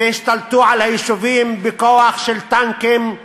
והשתלטו על היישובים בכוח של טנקים,